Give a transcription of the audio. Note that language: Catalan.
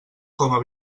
coma